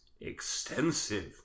extensive